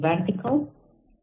vertical